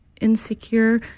insecure